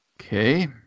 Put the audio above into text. Okay